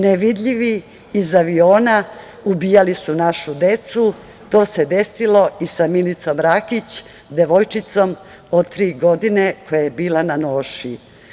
Nevidljivi“ iz aviona, ubijali su našu decu i to se desilo i sa Milicom Rakić, devojčicom od 3 godine, koja je bila na noši.